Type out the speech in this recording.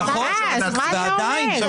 מה אתה אומר?